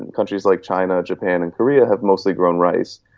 and countries like china, japan and korea, have mostly grown rice.